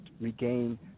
regain